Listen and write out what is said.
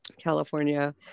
California